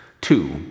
two